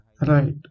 Right